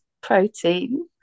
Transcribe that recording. protein